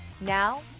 Now